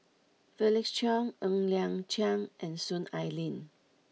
Felix Cheong Ng Liang Chiang and Soon Ai Ling